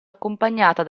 accompagnata